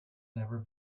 never